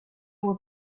will